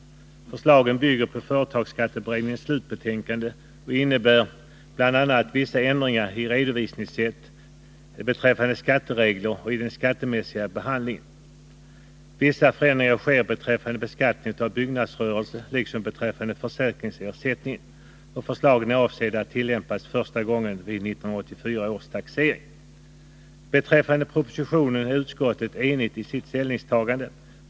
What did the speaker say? Förslagen bygger på företagsskatteberedningens slutbetänkande och innebär bl.a. vissa ändringar i redovisningssätt beträffande skatteregler och den skattemässiga behandlingen. Vissa förändringar sker beträffande beskattning av byggnadsrörelse, liksom beträffande försäkringsersättning, och förslagen är avsedda att tillämpas första gången vid 1984 års taxering. Beträffande propositionen är utskottet enigt i sitt ställningstagande.